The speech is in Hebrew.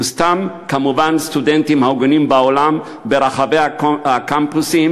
וכמובן סתם סטודנטים הגונים ברחבי הקמפוסים